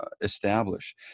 establish